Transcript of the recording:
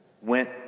went